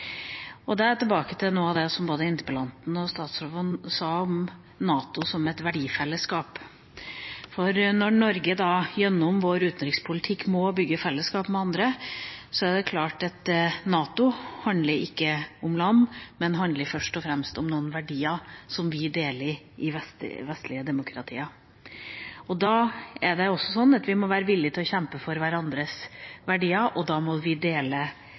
Europa. Da er jeg tilbake til noe av det som både interpellanten og statsråden sa om NATO som et verdifellesskap. Når Norge gjennom vår utenrikspolitikk må bygge fellesskap med andre, er det klart at NATO handler ikke om land, men det handler først og fremst om noen verdier som vi i vestlige demokratier deler. Da må vi også være villige til å kjempe for hverandres verdier, og da må vi dele